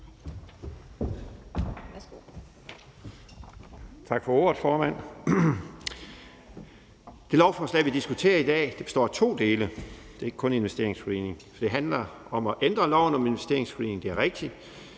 Tak for ordet, formand. Det lovforslag, vi diskuterer i dag, består af to dele – det er ikke kun investeringsscreening. Det handler om at ændre loven om investeringsscreening; det er rigtigt.